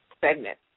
segment